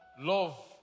love